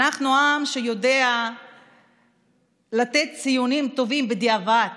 אנחנו עם שיודע לתת ציונים טובים בדיעבד.